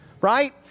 Right